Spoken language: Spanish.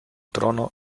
trono